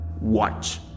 Watch